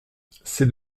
c’est